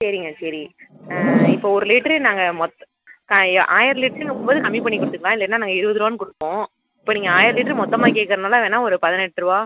சரிங்க சரி இப்போ ஒரு லிட்டரு நாங்கள் மொத்த ஆயிரம் லிட்டருங்கும் போது கம்மி பண்ணி கொடுத்துக்கலாம் இல்லைன்னா நாங்கள் இருபது ரூபான்னு கொடுப்போம் இப்போ நீங்கள் ஆயிரம் லிட்டரு மொத்தமாக கேட்கறதுனால வேணால் ஒரு பதினெட்டு ரூபா